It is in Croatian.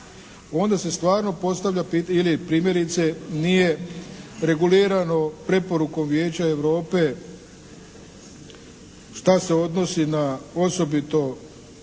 onda se stvarno postavlja pitanje ili primjerice nije regulirano preporukom Vijeća Europe šta se odnosi na osobito